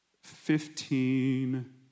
Fifteen